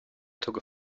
took